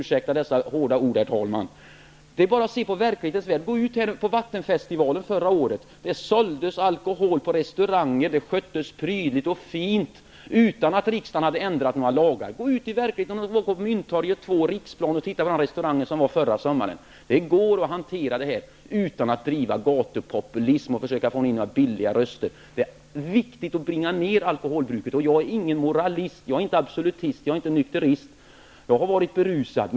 Ursäkta dessa hårda ord, herr talman. Det är bara att se på verkligheten. På Vattenfestivalen förra året såldes alkohol på restauranger och sköttes prydligt och fint utan att riksdagen hade ändrat några lagar. Gå ut i verkligheten mot Mynttorget 2 och Riksplan och tänk på de restauranger som fanns där förra sommaren. Det går att hantera detta utan att driva gatupopulism och försöka få in billiga röster. Det är viktigt att bringa ned alkoholbruket. Jag är ingen moralist. Jag är inte absolutist, inte nykterist, jag har varit berusad.